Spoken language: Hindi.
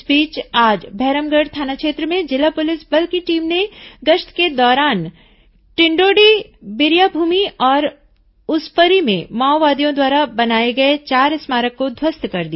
इस बीच आज भैरमगढ़ थाना क्षेत्र में जिला पुलिस बल की टीम ने गश्त के दौरान टिन्डोडी बिरियाभूमि और उसपरि में माओवादियों द्वारा बनाए गए चार स्मारक को ध्वस्त कर दिया